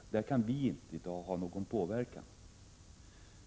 Men där kan vi inte i dag ha någon påverkan.